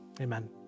amen